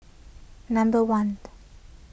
number one